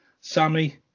Sammy